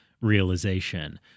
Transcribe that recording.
realization